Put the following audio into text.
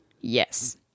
Yes